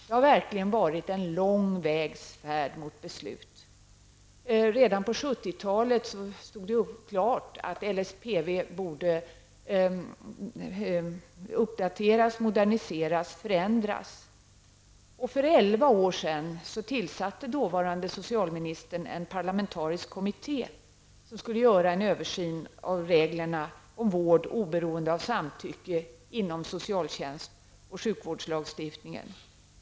Det har verkligen varit en lång vägs färd mot beslut. Redan på 70-talet stod det klart att LSPV borde uppdateras, moderniseras, förändras. För 11 år sedan tillsatte dåvarande socialministern en parlamentarisk kommitté som skulle göra en översyn av reglerna om vård oberoende av samtycke inom socialtjänst och sjukvårdslagstiftningen.